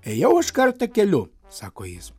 ėjau aš kart takeliu sako jis